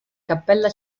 cappella